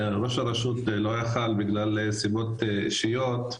ראש הרשות לא יכול בגלל סיבות אישיות,